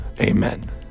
Amen